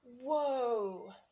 Whoa